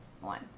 one